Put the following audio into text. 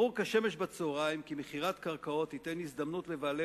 ברור כשמש בצהריים כי מכירת קרקעות תיתן הזדמנות לבעלי